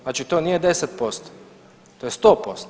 Znači to nije 10% to je 100%